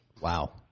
Wow